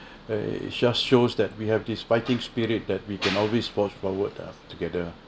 err just shows that we have this fighting spirit that we can always force forward uh together